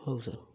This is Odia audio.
ହଉ ସାର୍